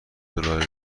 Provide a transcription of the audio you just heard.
دلاری